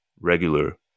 regular